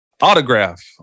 autograph